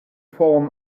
fallen